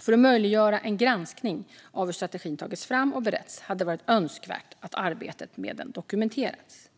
För att möjliggöra en granskning av hur strategin tagits fram och beretts hade det varit önskvärt att arbetet med den dokumenterats.